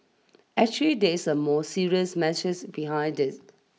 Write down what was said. actually there's a more serious message behind it